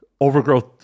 overgrowth